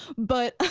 but